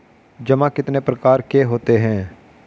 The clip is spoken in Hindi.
जमा कितने प्रकार के होते हैं?